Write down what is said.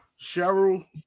Cheryl